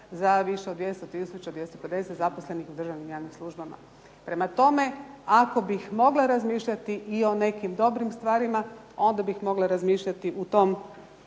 za više od 200 tisuća, 250 zaposlenih u državnim javnim službama. Prema tome, ako bih mogla razmišljati i o nekim dobrim stvarima onda bih mogla razmišljati u tom